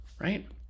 right